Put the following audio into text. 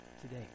today